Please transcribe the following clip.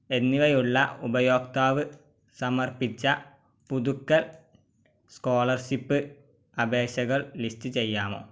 എന്നിവയുള്ള ഉപയോക്താവ് സമർപ്പിച്ച പുതുക്കൽ സ്കോളർഷിപ്പ് അപേക്ഷകൾ ലിസ്റ്റ് ചെയ്യാമോ